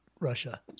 Russia